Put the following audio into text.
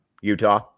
Utah